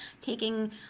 taking